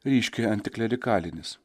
ryškiai antiklerikalinis